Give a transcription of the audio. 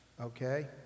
okay